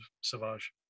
savage